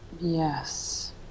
Yes